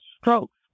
strokes